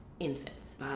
Infants